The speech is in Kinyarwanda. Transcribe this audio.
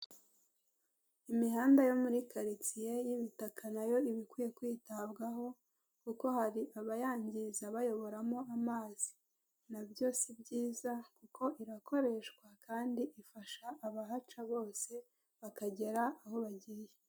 Imihanda yo muri karitsie y'ibitaka na yo ibikwiye kwitabwaho kuko hari abayangiza bayimenamo amazi, nabyo si byizakuko irakoreshwa kandi ifasha abahaca bose bakagera aho bagiye.